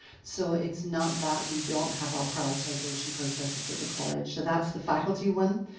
so it's not that we don't have our prioritization processes at the college. that's the faculty one.